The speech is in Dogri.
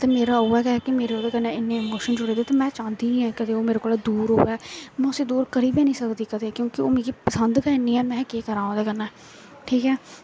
ते मेरा उ'यै गै कि मेरे ओह्दे कन्नै इन्ने इमोशन जुड़े दे ते में चांह्दी बी निं ऐ कि ओह् मेरे कोला दूर होऐ में उसी दूर करी बी निं सकदी कदें क्योंकि ओह् मिगी पसंद गै इन्नी ऐ केह् में केह् करां ओह्दे कन्नै ठीक ऐ